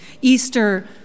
Easter